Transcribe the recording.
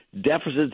deficits